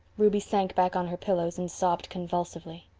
ruby sank back on her pillows and sobbed convulsively.